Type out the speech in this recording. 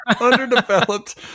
Underdeveloped